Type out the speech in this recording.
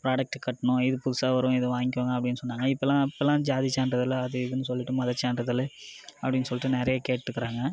ப்ராடக்டுக்கு கட்டணும் இது புதுசாக வரும் இது வாங்கிக்கோங்க அப்படினு சொன்னாங்க இப்போலாம் இப்போலாம் ஜாதி சான்றிதழ் அது இதுன்னு சொல்லிவிட்டு மதச்சான்றிதழ் அப்படின்னு சொல்லிவிட்டு நிறைய கேட்டுருக்கிறாங்க